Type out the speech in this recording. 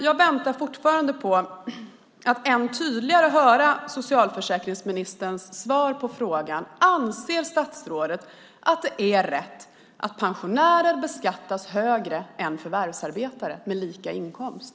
Jag väntar fortfarande på ett ännu tydligare svar från socialförsäkringsministern på frågan: Anser statsrådet att det är rätt att pensionärer beskattas högre än förvärvsarbetare med lika inkomst?